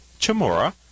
Chamora